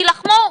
תילחמו.